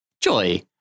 Joy